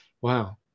wow